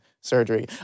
surgery